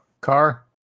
Car